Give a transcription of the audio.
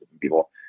people